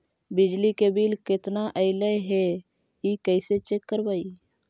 बिजली के बिल केतना ऐले हे इ कैसे चेक करबइ?